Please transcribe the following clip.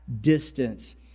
distance